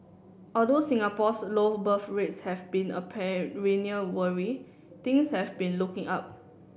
although Singapore's low birth rates have been a perennial worry things have been looking up